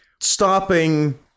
stopping